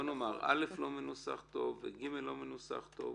(א) לא מנוסח טוב ו-(ג) לא מנוסח טוב.